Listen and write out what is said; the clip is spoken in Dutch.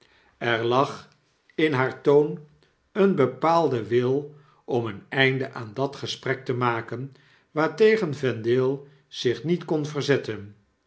er lag in haar toon een bepaalde wil om een einde aan dat gesprek te maken waartegen vendale zich niet kon verzetten